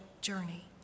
journey